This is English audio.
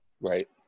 Right